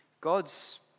God's